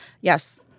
yes